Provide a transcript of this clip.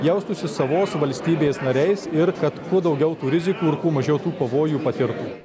jaustųsi savos valstybės nariais ir kad kuo daugiau tų rizikų ir kuo mažiau tų pavojų patirtų